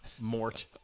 Mort